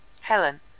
Helen